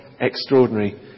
extraordinary